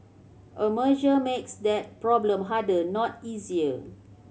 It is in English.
a merger makes that problem harder not easier